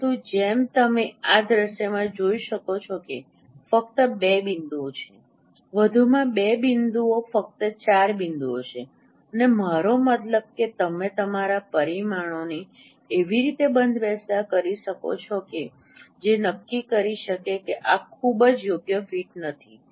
પરંતુ જેમ તમે આ દૃશ્યમાં જોઈ શકો છો ફક્ત 2 બિંદુઓ છે વધુમાં 2 બિંદુઓ ફક્ત 4 બિંદુઓ છે અને મારો મતલબ કે તમે તમારા પરિમાણોને એવી રીતે બંધબેસતા કરી શકો છો કે જે નક્કી કરી શકે કે આ ખૂબ જ યોગ્ય ફીટ નથી